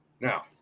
Now